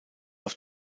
auf